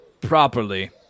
properly